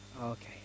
Okay